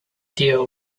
deal